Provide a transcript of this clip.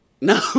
No